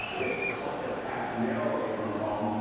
but it it passed narrowly in macomb.